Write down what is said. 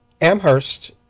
Amherst